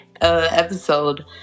episode